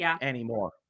anymore